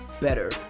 better